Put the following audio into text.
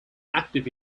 active